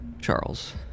Charles